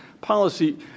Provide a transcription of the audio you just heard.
policy